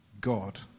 God